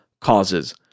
causes